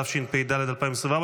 התשפ"ד 2024,